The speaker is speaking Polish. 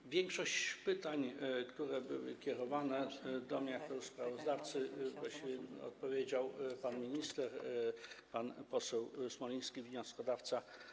Na większość pytań, które były kierowane do mnie jako sprawozdawcy, właściwie odpowiedział pan minister, pan poseł Smoliński, wnioskodawca.